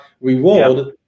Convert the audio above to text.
reward